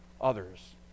others